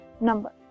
number